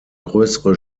größere